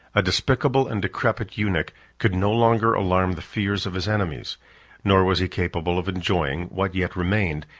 a despicable and decrepit eunuch could no longer alarm the fears of his enemies nor was he capable of enjoying what yet remained,